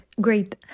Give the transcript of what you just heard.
Great